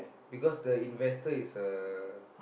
because the investors is a